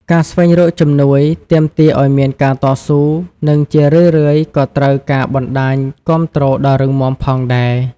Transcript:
ការស្វែងរកជំនួយទាមទារឱ្យមានការតស៊ូ និងជារឿយៗក៏ត្រូវការបណ្តាញគាំទ្រដ៏រឹងមាំផងដែរ។